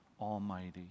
Almighty